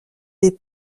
des